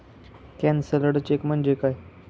Cancelled cheque म्हणजे काय?